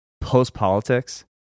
Post-politics